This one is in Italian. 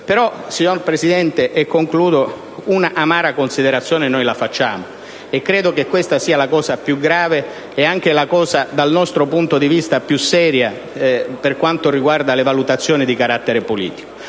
Signor Presidente, e concludo, un'amara considerazione noi la facciamo e credo che questa sia la cosa più grave e anche, dal nostro punto di vista, più seria per le valutazioni di carattere politico.